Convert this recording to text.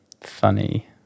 funny